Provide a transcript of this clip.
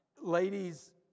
ladies